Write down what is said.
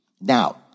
now